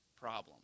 problem